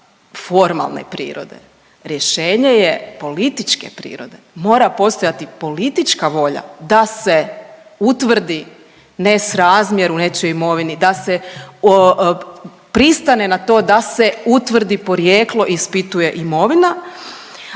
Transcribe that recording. formalne prirode, rješenje je političke prirode. Mora postojati politička volja da se utvrdi nesrazmjer u nečijoj imovini, da se pristane na to da se utvrdi porijeklo i ispituje imovina,